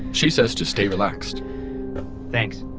she says to stay relaxed thanks.